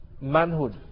manhood